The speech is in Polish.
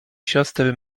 siostry